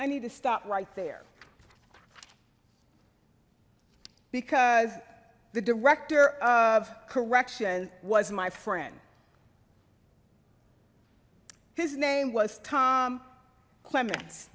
i need to stop right there because the director of correction was my friend his name was tom clemen